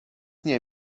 nie